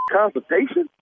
consultation